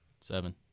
seven